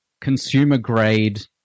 consumer-grade